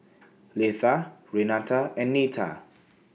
Letha Renata and Nita